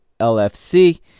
LFC